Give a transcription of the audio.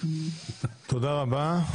תודה רבה.